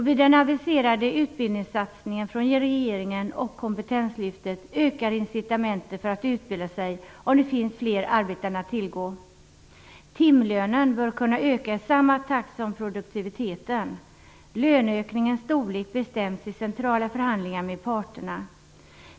Vid den aviserade utbildningssatsningen och kompetenslyftet från regeringen ökar incitamenten för att utbilda sig om det finns fler arbeten att tillgå. Timlönen bör kunna öka i samma takt som produktiviteten. Löneökningens storlek bestäms i centrala förhandlingar med parterna.